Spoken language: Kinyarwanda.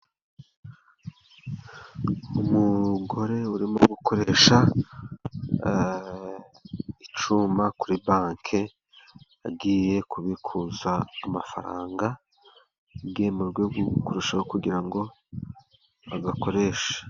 Umugore urimo gukoresha icyuma kuri banki, agiye kubikuza amafaranga mu rwego rwo kurushaho, kugira ngo bayakoreshe.